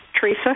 Teresa